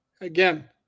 again